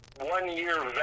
one-year